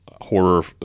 horror